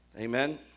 Amen